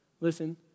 Listen